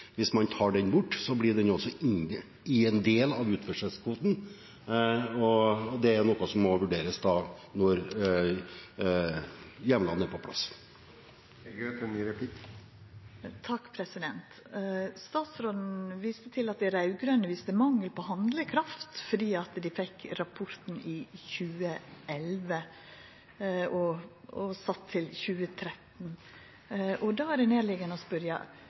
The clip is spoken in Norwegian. hvis det er ønsket. Når det gjelder dette med utførsel, som jeg nevnte forbindelse med troféfisk: Hvis man tar den bort, blir den også en del av utførselskvoten, og det er noe som må vurderes når hjemlene er på plass. Statsråden viste til at dei raud-grøne viste mangel på handlekraft, for dei fekk rapporten i 2011 og sat til 2013. Då er det